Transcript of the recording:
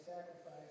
Sacrifice